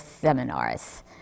Seminars